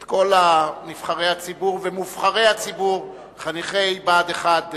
את כל נבחרי הציבור ומובחרי הציבור, חניכי בה"ד 1,